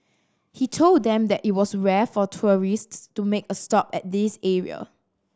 he told them that it was rare for tourists to make a stop at this area